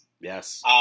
Yes